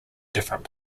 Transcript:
different